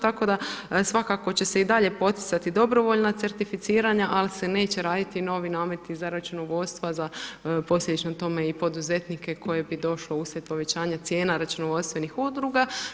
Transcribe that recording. Tako da svakako će se i dalje poticati dobrovoljna certificiranja, ali se neće raditi novi nameti za računovodstva, za poslijedično tome i poduzetnike koji bi došlo uslijed povećanja cijena računovodstvenih udruga.